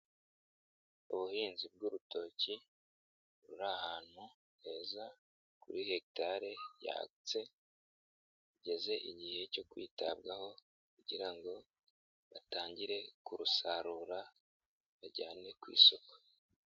Ubuhinzi bw'urutoki, ruri ahantu heza kuri hegitale yagutse, hageze igihe cyo kwitabwaho kugira ngo batangire kurusarura, bajyane ku isoko.